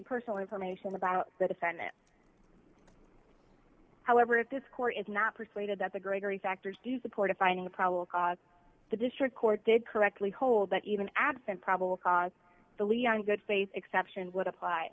personal information about the defendant however at this court is not persuaded that the gregory factors do support a finding probable cause the district court did correctly hold that even absent probable cause the leon good faith exception would apply